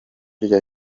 rya